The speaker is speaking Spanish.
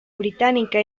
británica